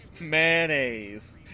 Mayonnaise